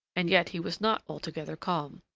and yet he was not altogether calm.